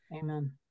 Amen